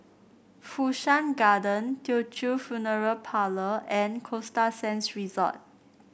Fu Shan Garden Teochew Funeral Parlour and Costa Sands Resort